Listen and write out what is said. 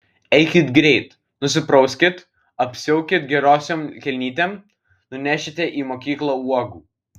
eikit greit nusiprauskit apsiaukit gerosiom kelnytėm nunešite į mokyklą uogų